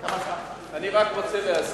אני רק רוצה להזכיר.